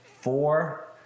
four